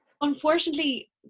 unfortunately